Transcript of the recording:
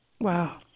Wow